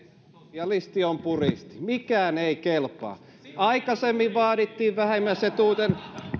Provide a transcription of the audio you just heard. sosialisti on puristi mikään ei kelpaa aikaisemmin vaadittiin vähimmäisetuuksien